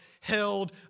held